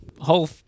whole